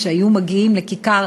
באמת תמיכה